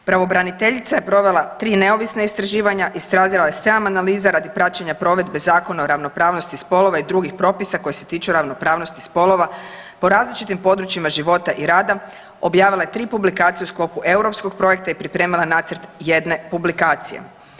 Pravobraniteljica je provela tri neovisna istraživanja, izradila je sedam analiza radi praćenja provedbe Zakona o ravnopravnosti spolova i drugih propisa koji se tiču ravnopravnosti spolova po različitim područjima života i rada, objavila je tri publikacije u sklopu europskog projekta i pripremila nacrt jedne publikacije.